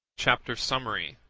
chapter summary